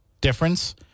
difference